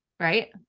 Right